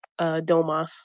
Domas